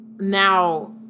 now